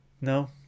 no